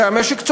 הרי המשק צומח,